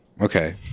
Okay